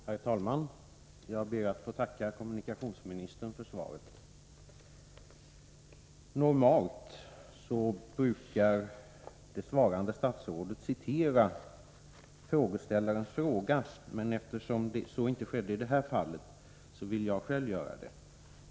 Herr talman! Jag ber att få tacka kommunikationsministern för svaret. Normalt brukar det svarande statsrådet citera frågeställarens fråga, men eftersom så inte skedde i det här fallet, vill jag själv göra det.